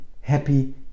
happy